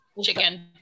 chicken